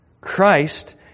Christ